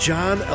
John